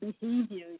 behaviors